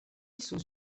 sous